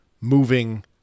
moving